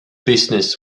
business